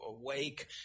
awake